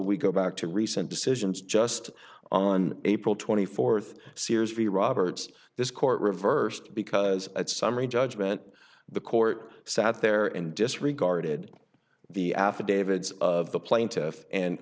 we go back to recent decisions just on april twenty fourth sears v roberts this court reversed because it's summary judgment the court sat there and disregarded the affidavits of the plaintiff and